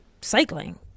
cycling